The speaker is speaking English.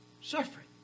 suffering